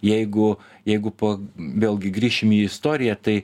jeigu jeigu po vėlgi grįšim į istoriją tai